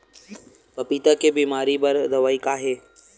पपीता के बीमारी बर दवाई का हे?